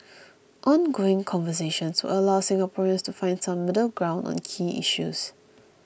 ongoing conversations will allow Singaporeans to find some middle ground on key issues